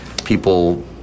people